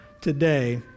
today